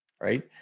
right